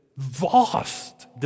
Vast